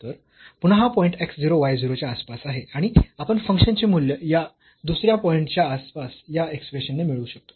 तर पुन्हा हा पॉईंट x 0 y 0 च्या आसपास आहे आणि आपण फंक्शनचे मूल्य या दुसऱ्या पॉईंटच्या आसपास या एक्सप्रेशनने मिळवू शकतो